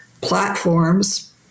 platforms